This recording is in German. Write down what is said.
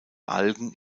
algen